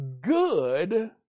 good